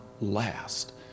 last